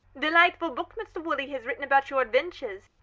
delightful book mr. woolley has written about your adventures.